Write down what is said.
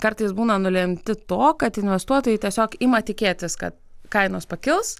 kartais būna nulemti to kad investuotojai tiesiog ima tikėtis kad kainos pakils